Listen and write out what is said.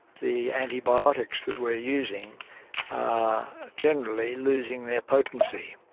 the antibiotics that we are using are generally losing their potency.